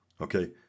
Okay